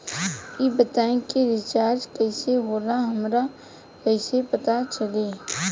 ई बताई कि रिचार्ज कइसे होला हमरा कइसे पता चली?